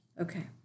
Okay